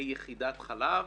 ליחידת חלב